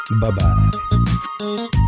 Bye-bye